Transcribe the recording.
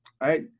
right